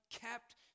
kept